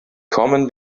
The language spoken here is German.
kommen